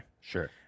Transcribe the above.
Sure